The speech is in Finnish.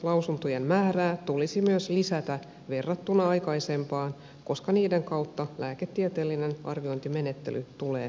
asiantuntijalääkärilausuntojen määrää tulisi myös lisätä verrattuna aikaisempaan koska niiden kautta lääketieteellinen arviointimenettely tulee avoimemmaksi